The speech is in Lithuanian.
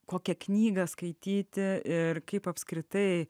kokią knygą skaityti ir kaip apskritai